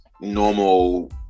normal